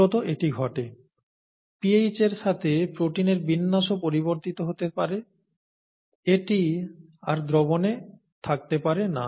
মূলত এটি ঘটে pH এর সাথে প্রোটিনের বিন্যাসও পরিবর্তিত হতে পারে এটি আর দ্রবণে থাকতে পারে না